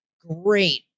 Great